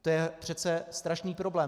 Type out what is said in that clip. To je přece strašný problém.